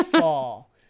fall